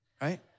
right